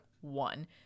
one